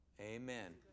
Amen